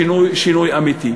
שינוי אמיתי.